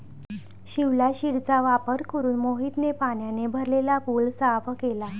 शिवलाशिरचा वापर करून मोहितने पाण्याने भरलेला पूल साफ केला